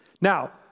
Now